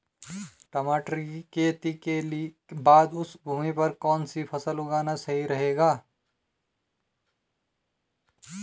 टमाटर की खेती के बाद उस भूमि पर कौन सी फसल उगाना सही रहेगा?